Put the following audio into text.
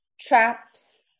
traps